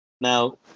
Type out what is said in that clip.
Now